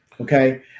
Okay